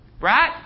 right